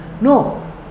No